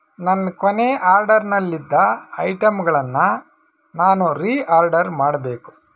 ನನ್ನ ಕೊನೆಯ ಆರ್ಡರ್ನಲ್ಲಿದ್ದ ಐಟಮ್ಗಳನ್ನು ನಾನು ರೀಆರ್ಡರ್ ಮಾಡಬೇಕು